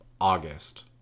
August